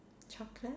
chocolate